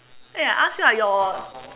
eh I ask you ah your